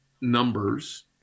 numbers